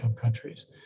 countries